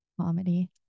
comedy